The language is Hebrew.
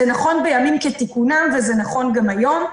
זה נכון בימים כתיקונם וזה נכון גם היום.